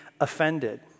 offended